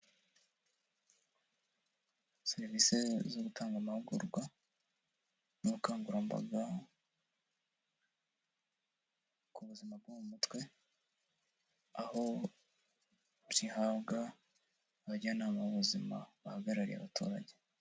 Serivisi zo gutanga amahugurwa n’ubukangurambaga ku buzima bwo mu mutwe aho zihabwa abajyanama b'ubuzima bahagarariye abaturage.